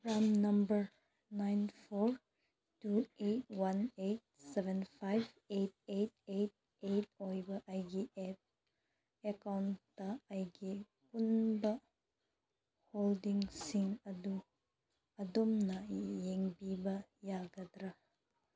PRAN number nine four two eight one eight seven five eight eight eight eight ꯑꯣꯏꯕ ꯑꯩꯒꯤ ꯑꯦꯞ account ꯑꯩꯒꯤ ꯑꯄꯨꯟꯕ ꯍꯣꯜꯗꯤꯡꯁꯤꯡ ꯑꯗꯨ ꯑꯗꯣꯝꯅ ꯌꯦꯡꯕꯤꯕ ꯌꯥꯒꯗ꯭ꯔꯥ